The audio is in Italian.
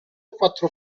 quattro